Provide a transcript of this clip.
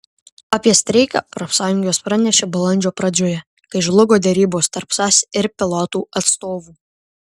apie streiką profsąjungos pranešė balandžio pradžioje kai žlugo derybos tarp sas ir pilotų atstovų